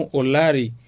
olari